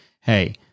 hey